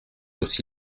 aussi